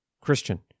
Christian